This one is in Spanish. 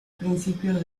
principios